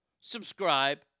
subscribe